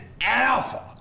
alpha